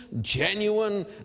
genuine